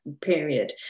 period